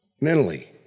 mentally